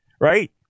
right